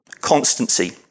constancy